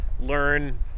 learn